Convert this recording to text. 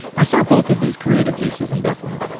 i saw both of these creative uses in bethlehem.